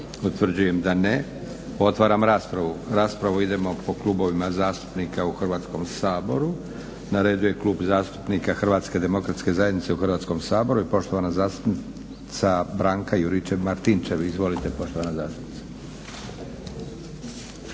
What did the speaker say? Utvrđujem da ne. Otvaram raspravu. Raspravu idemo po klubovima zastupnika u Hrvatskom saboru. Na redu je Klub zastupnika Hrvatske demokratske zajednice u Hrvatskom saboru i poštovana zastupnica Branka Juričev-Martinčev. Izvolite poštovana zastupnice.